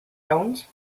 hounds